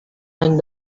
any